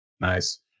Nice